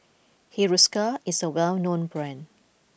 Hiruscar is a well known brand